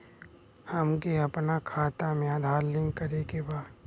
हमके अपना खाता में आधार लिंक करें के बा?